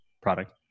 product